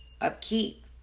upkeep